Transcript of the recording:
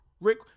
Rick